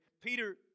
Peter